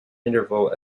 interval